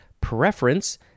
Preference